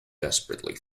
desperately